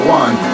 one